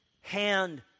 hand